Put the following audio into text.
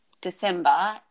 December